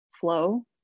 flow